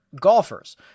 golfers